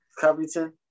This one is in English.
Covington